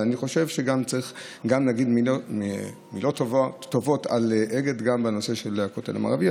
אני חושב שצריך גם להגיד מילים טובות על אגד בנושא של הכותל המערבי,